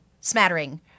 smattering